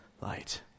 light